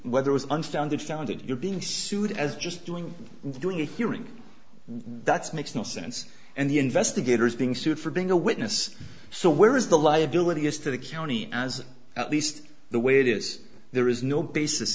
whether was unfounded founded you're being sued as just doing during a hearing that's makes no sense and the investigators being sued for being a witness so where is the liability is to the county as at least the way it is there is no basis